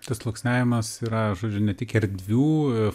tas sluoksniavimas yra žodžiu ne tik erdvių